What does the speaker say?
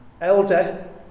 elder